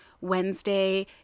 Wednesday